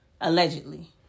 Allegedly